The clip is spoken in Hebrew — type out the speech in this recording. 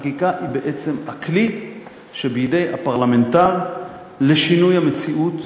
החקיקה היא בעצם הכלי שבידי הפרלמנטר לשינוי המציאות,